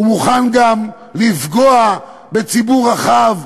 הוא מוכן גם לפגוע בציבור רחב,